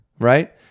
Right